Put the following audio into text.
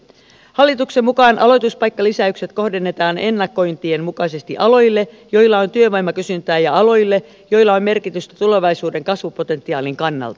hallituksen mukaan aloituspaikkalisäykset kohdennetaan ennakointien mukaisesti aloille joilla on työvoimakysyntää ja aloille joilla on merkitystä tulevaisuuden kasvupotentiaalin kannalta